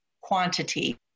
quantity